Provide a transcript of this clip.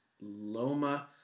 Loma